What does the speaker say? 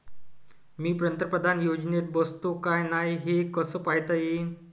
मी पंतप्रधान योजनेत बसतो का नाय, हे कस पायता येईन?